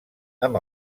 amb